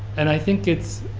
and i think it's